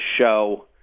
show